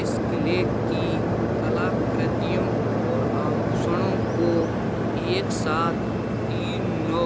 इस किले की कलाकृतियों और आभूषणों को एक सात तीन नौ